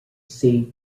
seat